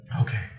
okay